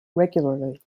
regularly